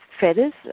feathers